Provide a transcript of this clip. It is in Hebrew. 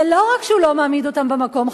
זה לא רק שהוא לא מעמיד אותם במקום,